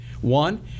One